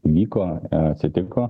vyko atsitiko